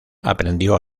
aprendió